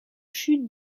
chutes